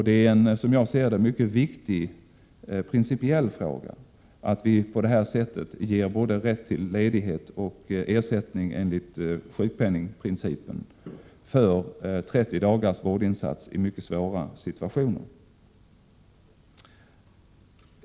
Det är, som jag ser det, en mycket viktig principiell fråga att vi på det här sättet ger både rätt till ledighet och ersättning enligt sjukpenningprincipen för 30 dagars vårdinsats i mycket svåra situationer.